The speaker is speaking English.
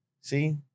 See